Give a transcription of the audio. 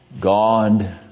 God